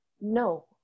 no